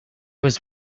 was